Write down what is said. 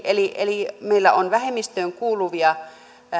eli eli meillä on vähemmistöön kuuluvia